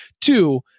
Two